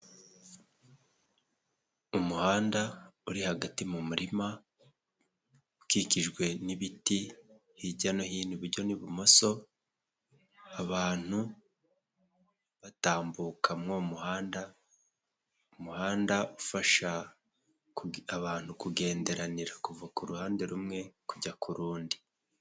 Umuhanda uri hagati mu murima ukikijwe n'ibiti hirya no hino iburyo n'ibumoso, abantu batambuka muri uwo muhanda, umuhanda ufasha abantu kugenderanira kuva ku ruhande rumwe kujya kurundi.